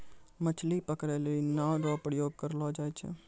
मछली पकड़ै लेली नांव रो प्रयोग करलो जाय छै